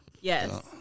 Yes